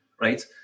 right